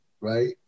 Right